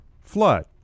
Flood